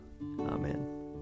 Amen